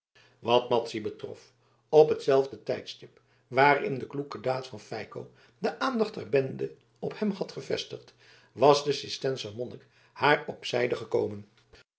wat madzy betrof op hetzelfde tijdstip waarin de kloeke daad van feiko de aandacht der bende op hem had gevestigd was de cistenser monnik haar op zijde gekomen